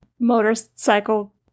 Motorcycle